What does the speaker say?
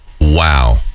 Wow